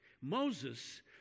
Moses